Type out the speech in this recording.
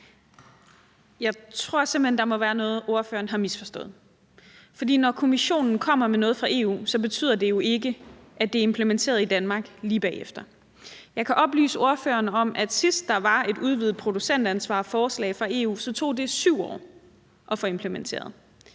Jeg tror simpelt hen, der er noget, ordføreren har misforstået. For når Kommissionen kommer med noget fra EU, betyder det jo ikke, at det er implementeret i Danmark lige bagefter. Jeg kan oplyse ordføreren om, at sidst der var et forslag fra EU om udvidet producentansvar, tog det 7 år at få implementeret.